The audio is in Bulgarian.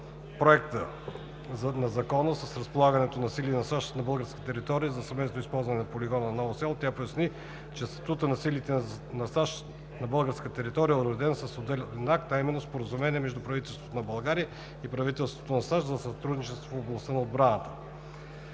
проекта на Законопроекта с разполагането на сили на САЩ на българска територия за съвместното използване на полигона в Ново село тя поясни, че статута на силите на САЩ на българска територия е уреден с отделен акт, а именно Споразумение между правителството на Република България и правителството на САЩ за сътрудничество в областта на отбраната.